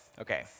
okay